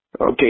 Okay